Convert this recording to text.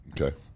okay